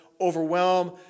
overwhelm